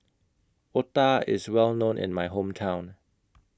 Otah IS Well known in My Hometown